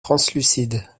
translucide